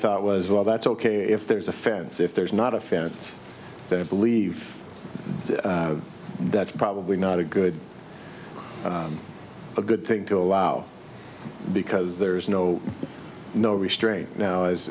thought was well that's ok if there's a fence if there's not a fence that i believe that's probably not a good a good thing to allow because there is no no restraint now as